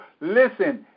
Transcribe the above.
Listen